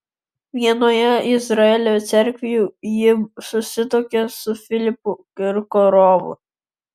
vienoje izraelio cerkvių ji susituokė su filipu kirkorovu